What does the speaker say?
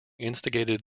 instigated